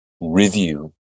review